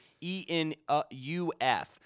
E-N-U-F